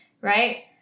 right